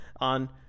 on